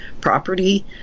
property